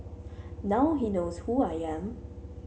now he knows who I am